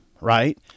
right